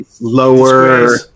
lower